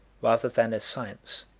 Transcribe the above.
rather than a science.